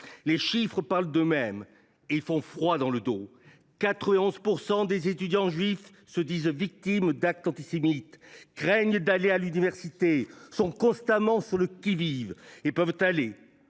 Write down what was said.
Les chiffres parlent d’eux mêmes ; ils font froid dans le dos : 91 % des étudiants juifs se disent victimes d’actes antisémites, craignent d’aller à l’université, sont constamment sur le qui vive et vont parfois